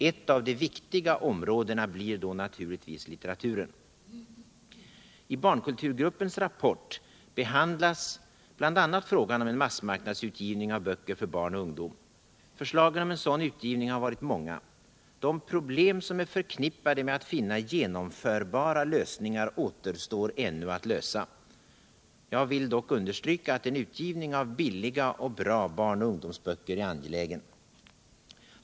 Ett av de viktiga områdena blir då naturligtvis litteraturen. I barnkulturgruppens rapport behandlas bl.a. frågan om en massmarknadsutgivning av böcker för barn och ungdom. Förslagen om en sådan utgivning har varit många. De problem som är förknippade med att finna genomförbara lösningar återstår ännu att lösa. Jag vill dock understryka att en utgivning av billiga och bra barn och ungdomsböcker är angelägen.